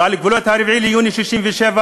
ועל גבולות 4 ביוני 1967,